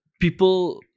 people